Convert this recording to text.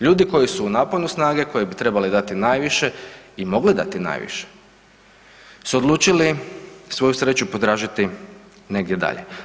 Ljudi koji su u naponu snage, koji bi trebali dati najviše i mogli dati najviše su odlučili svoju sreću potražiti negdje dalje.